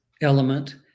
element